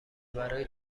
برای